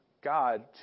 God